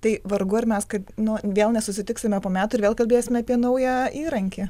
tai vargu ar mes kad nu vėl nesusitiksime po metų ir vėl kalbėsime apie naują įrankį